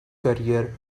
career